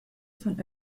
von